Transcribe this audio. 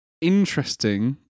interesting